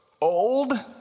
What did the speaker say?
old